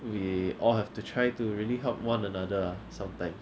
we all have to try to really help one another ah sometime